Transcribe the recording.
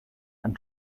and